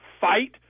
fight